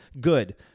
Good